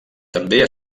també